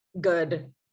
good